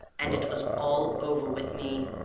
and it was all over with me.